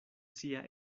sia